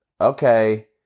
okay